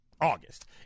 August